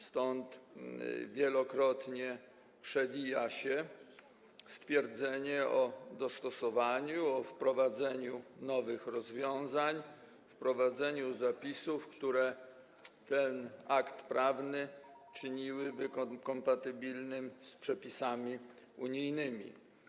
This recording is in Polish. Stąd wielokrotnie przewija się stwierdzenie o dostosowaniu, o wprowadzeniu nowych rozwiązań, wprowadzeniu zapisów, które ten akt prawny czyniłyby kompatybilnym z przepisami unijnymi.